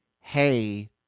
hey